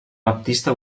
baptista